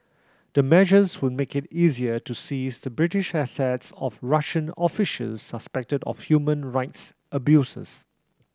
the measures would make it easier to seize the British assets of Russian officials suspected of human rights abuses